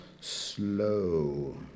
slow